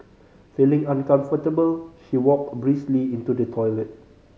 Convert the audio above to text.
feeling uncomfortable she walked briskly into the toilet